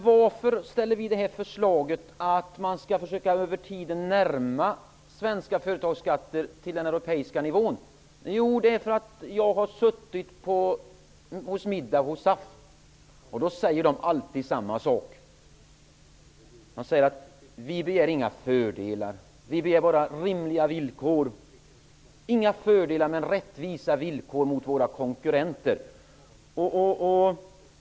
Varför ställer vi då förslaget att man över tiden skall försöka att närma svenska företagsskatter till den europeiska nivån? Jag har suttit på middag hos SAF. De säger alltid samma sak. De säger att de inte begär några fördelar. De begär bara rimliga villkor. De vill inte ha några fördelar, men rättvisa villkor jämfört med sina konkurrenter.